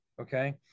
Okay